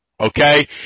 okay